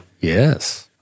yes